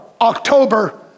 October